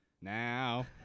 Now